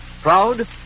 Proud